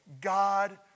God